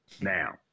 now